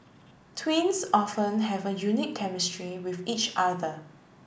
twins often have a unique chemistry with each other